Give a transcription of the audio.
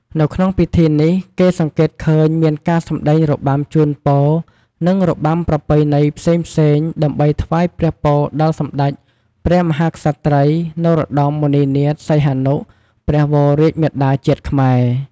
នៅក្នុងពិធីនេះគេសង្កេតឃើញមានការសម្តែងរបាំជូនពរនិងរបាំប្រពៃណីផ្សេងៗដើម្បីថ្វាយព្រះពរដល់សម្តេចព្រះមហាក្សត្រី នរោត្តម មុនិនាថ សីហនុ ព្រះវររាជមាតាជាតិខ្មែរ។